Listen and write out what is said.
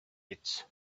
its